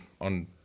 on